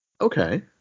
okay